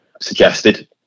suggested